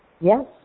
Yes